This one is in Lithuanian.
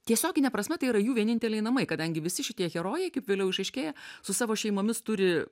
tiesiogine prasme tai yra jų vieninteliai namai kadangi visi šitie herojai kaip vėliau išaiškėja su savo šeimomis turi